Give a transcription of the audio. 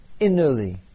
innerly